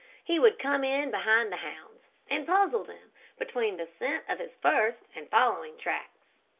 he would come in behind the hounds, and puzzle them between the scent of his first and following tracks.